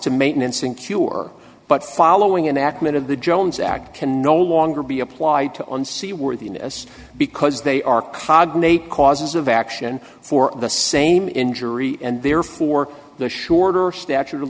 to maintenance and cure but following an accident of the jones act can no longer be applied to on seaworthiness because they are cognate causes of action for the same injury and therefore the shorter statute of